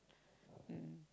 mm